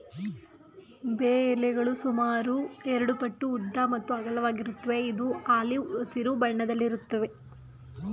ಬೇ ಎಲೆಗಳು ಸುಮಾರು ಎರಡುಪಟ್ಟು ಉದ್ದ ಮತ್ತು ಅಗಲವಾಗಿರುತ್ವೆ ಇದು ಆಲಿವ್ ಹಸಿರು ಬಣ್ಣದಲ್ಲಿರುತ್ವೆ